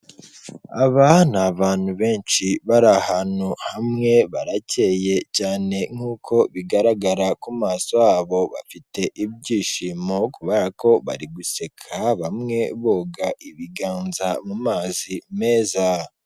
Aba ni abantu benshi bari ahantu hamwe, baracye cyane nk'uko bigaragara ku maso yabobo, bafite ibyishimo kubera ko bari guseka, bamwe boga ibiganza mu mazi meza.